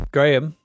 Graham